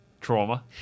trauma